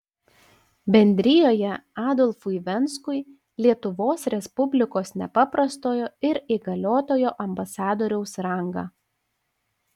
bendrijoje adolfui venskui lietuvos respublikos nepaprastojo ir įgaliotojo ambasadoriaus rangą